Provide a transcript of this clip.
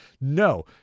No